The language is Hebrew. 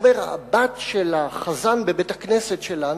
אומר: הבת של החזן בבית-הכנסת שלנו,